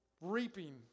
reaping